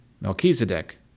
Melchizedek